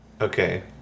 Okay